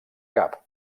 cap